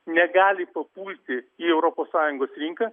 negali papulti į europos sąjungos rinką